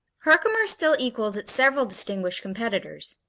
herkimer still equals its several distinguished competitors,